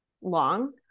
long